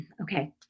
Okay